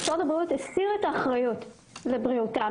שמשרד הבריאות הסיר האחריות ממנו,